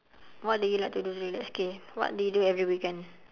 what do you like to do to relax okay what do you do every weekend